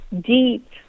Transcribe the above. deep